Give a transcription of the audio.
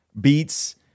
beats